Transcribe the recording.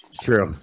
true